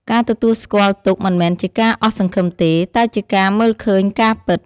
ការទទួលស្គាល់ទុក្ខមិនមែនជាការអស់សង្ឃឹមទេ តែជាការមើលឃើញការពិត។